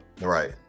Right